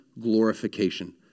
glorification